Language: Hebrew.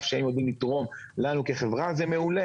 שהם יודעים לתרום לנו כחברה זה מעולה,